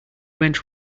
went